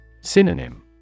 Synonym